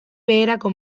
beherako